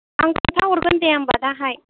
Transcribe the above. आं खोन्थाहरगोन दे होनबा दाहाय